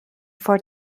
for